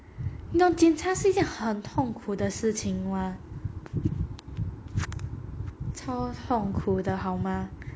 你懂检查是一件很痛苦的事情吗